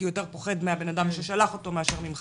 כי הוא יותר מפחד מהאדם ששלח אותו מאשר ממך.